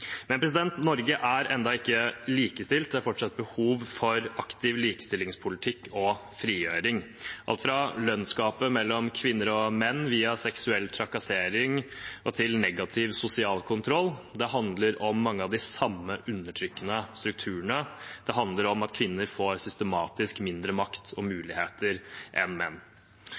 Men Norge er ennå ikke likestilt. Det er fortsatt behov for aktiv likestillingspolitikk og frigjøring. I alt fra lønnsgapet mellom kvinner og menn via seksuell trakassering og til negativ sosial kontroll handler det om mange av de samme undertrykkende strukturene. Det handler om at kvinner systematisk får mindre makt og færre muligheter enn menn.